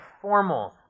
formal